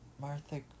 Martha